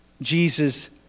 Jesus